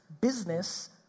Business